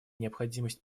необходимость